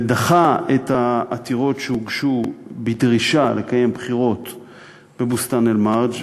דחה את העתירות שהוגשו בדרישה לקיים בחירות בבוסתאן-אלמרג'